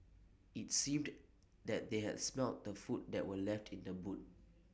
IT seemed that they had smelt the food that were left in the boot